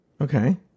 Okay